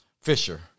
Fisher